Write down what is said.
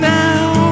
now